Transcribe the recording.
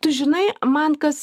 tu žinai man kas